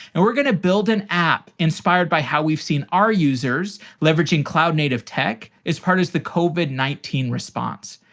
and we're going to build an app inspired by how we've seen our users leveraging cloud native tech as part as the covid nineteen response.